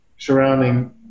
surrounding